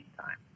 time